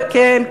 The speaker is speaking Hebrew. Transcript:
וכן,